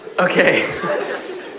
Okay